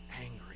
angry